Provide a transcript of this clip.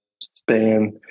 Span